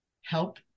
help